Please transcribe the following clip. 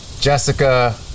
Jessica